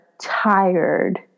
tired